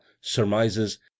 surmises